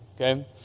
okay